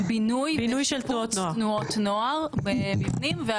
בינוי ושיפוץ תנועות נוער ומבנים.